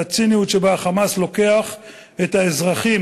והציניות שבה ה"חמאס" לוקח את האזרחים